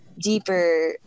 deeper